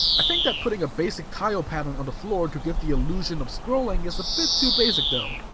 i think that putting a basic tile pattern on the floor to give the illusion of scrolling is a bit too basic though.